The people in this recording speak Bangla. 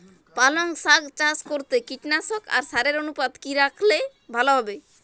পালং শাক চাষ করতে কীটনাশক আর সারের অনুপাত কি রাখলে ভালো হবে?